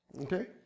Okay